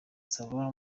nsaba